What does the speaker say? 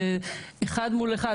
זה אחד מול אחד,